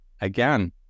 again